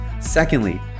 Secondly